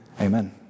Amen